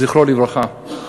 זכרו לברכה,